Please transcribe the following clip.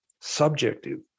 subjective